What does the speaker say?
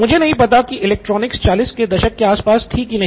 मुझे नहीं पता कि इलेक्ट्रॉनिक्स चालीस के दशक के आसपास थी की नहीं